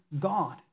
God